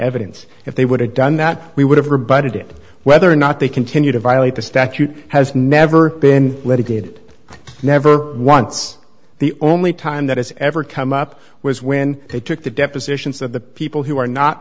evidence if they would have done that we would have rebutted it whether or not they continue to violate the statute has never been litigated never once the only time that has ever come up was when they took the depositions that the people who are not